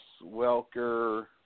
Welker